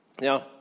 Now